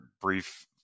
brief